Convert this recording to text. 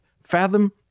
Fathom